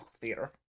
theater